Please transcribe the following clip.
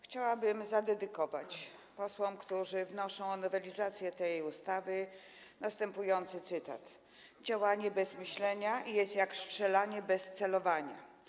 Chciałabym zadedykować posłom, którzy wnoszą o nowelizację tej ustawy, następujący cytat: „Działanie bez myślenia jest jak strzelanie bez celowania”